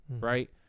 right